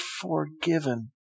forgiven